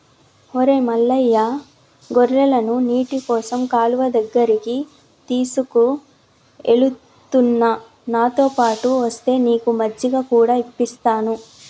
ఒరై మల్లయ్య గొర్రెలను నీటికోసం కాలువ దగ్గరికి తీసుకుఎలుతున్న నాతోపాటు ఒస్తే నీకు మజ్జిగ కూడా ఇప్పిస్తాను